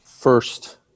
first